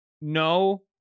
no